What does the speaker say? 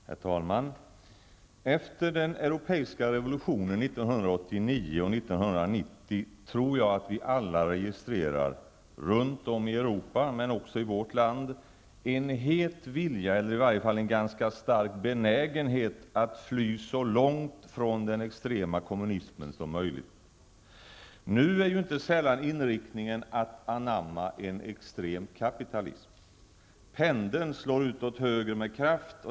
Herr talman! Efter den europeiska revolutionen 1989 och 1990 tror jag att vi alla registrerar, runt om i Europa men också i vårt land, en het vilja eller i varje fall en ganska stark benägenhet att fly så långt från den extrema kommunismen som möjligt. Nu är inte sällan inriktningen att anamma en extrem kapitalism. Pendeln slår ut åt höger med kraft.